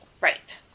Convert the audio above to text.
Right